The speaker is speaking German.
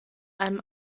einem